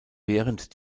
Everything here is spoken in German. während